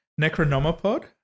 Necronomopod